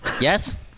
Yes